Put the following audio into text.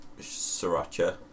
Sriracha